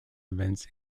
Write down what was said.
events